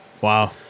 Wow